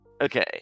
Okay